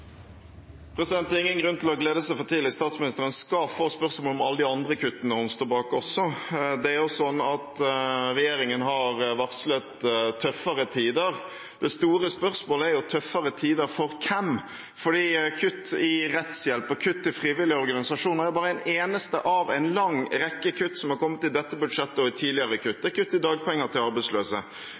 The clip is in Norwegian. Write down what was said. ingen grunn til å glede seg for tidlig – statsministeren skal få spørsmål om alle de andre kuttene hun står bak, også. Regjeringen har varslet tøffere tider. Det store spørsmålet er: tøffere tider for hvem? Kutt i rettshjelp og kutt til frivillige organisasjoner er bare noen av en lang rekke kutt som er foreslått i dette budsjettet og tidligere. Det er kutt i dagpenger til arbeidsløse.